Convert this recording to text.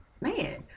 man